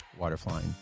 waterflying